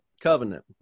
covenant